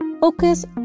Focus